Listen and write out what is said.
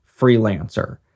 freelancer